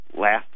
last